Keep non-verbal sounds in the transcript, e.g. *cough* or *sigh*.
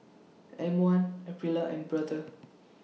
*noise* M one Aprilia and Brother *noise*